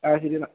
ആ ശരി എന്നാൽ